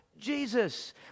Jesus